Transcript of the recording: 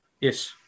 Yes